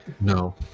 No